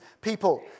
people